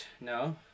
No